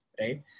right